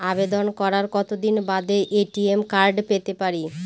আবেদন করার কতদিন বাদে এ.টি.এম কার্ড পেতে পারি?